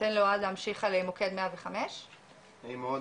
ניתן לאוהד להמשיך על מוקד 105. נעים מאוד,